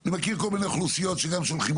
אני מכיר כל מיני אוכלוסיות שגם שולחים